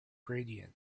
gradient